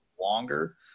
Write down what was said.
longer